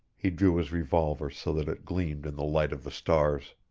he drew his revolver so that it gleamed in the light of the stars.